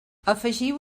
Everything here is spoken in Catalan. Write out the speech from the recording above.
afegiu